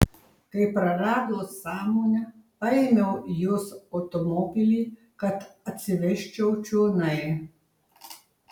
kai prarado sąmonę paėmiau jos automobilį kad atsivežčiau čionai